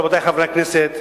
רבותי חברי הכנסת,